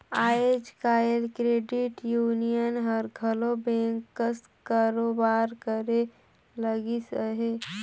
आएज काएल credit union हर घलो बेंक कस कारोबार करे लगिस अहे